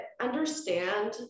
understand